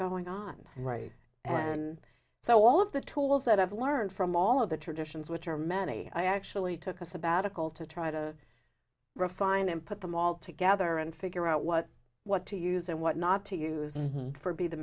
going on right and so all of the tools that i've learned from all of the traditions which are many i actually took a sabbatical to try to refine and put them all together and figure out what what to use and what not to use for b the